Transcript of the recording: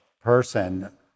person